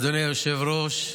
אדוני היושב-ראש,